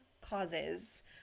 causes